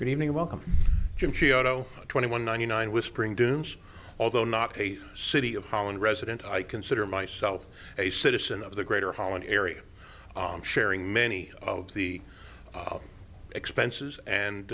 evening welcome jim cio twenty one ninety nine whispering dunes although not a city of holland resident i consider myself a citizen of the greater holland area sharing many of the expenses and